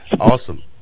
Awesome